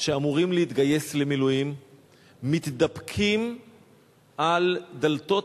שאמורים להתגייס למילואים מתדפקים על דלתות